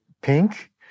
pink